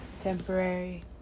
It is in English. temporary